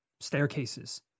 staircases